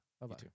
Bye-bye